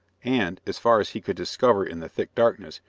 and, as far as he could discover in the thick darkness,